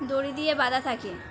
দড়ি দিয়ে বাঁধা থাকে